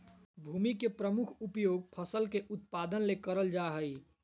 भूमि के प्रमुख उपयोग फसल के उत्पादन ले करल जा हइ